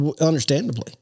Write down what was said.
Understandably